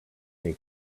take